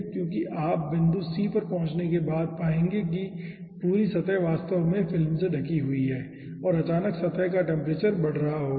क्योंकि आप बिंदु c पर पहुंचने के बाद पाएंगे कि पूरी सतह वास्तव में फिल्म से ढकी हुई है और अचानक सतह का टेम्परेचर बढ़ रहा होगा